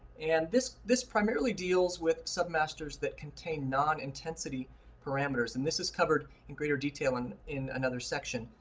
and this this primarily deals with submasters that contain non-intensity parameters. and this is covered in greater detail and in another section.